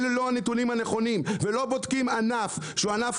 אללא הנתונים הנכונים ולא בודקים ענף שהוא ענף